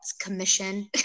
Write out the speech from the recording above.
commission